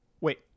Wait